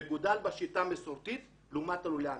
מגודל בשיטה מסורתית לעומת לולי הענק.